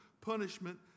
punishment